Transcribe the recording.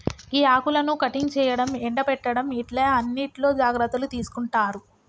tea ఆకులను cutting చేయడం, ఎండపెట్టడం ఇట్లా అన్నిట్లో జాగ్రత్తలు తీసుకుంటారు